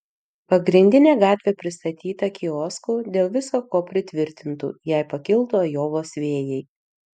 pagrindinė gatvė pristatyta kioskų dėl visa ko pritvirtintų jei pakiltų ajovos vėjai